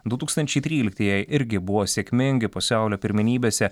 du tūkstančiai tryliktieji irgi buvo sėkmingi pasaulio pirmenybėse